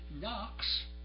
knocks